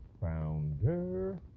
founder